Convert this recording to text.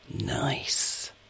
Nice